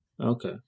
Okay